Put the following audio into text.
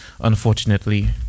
unfortunately